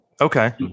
Okay